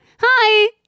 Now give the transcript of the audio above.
Hi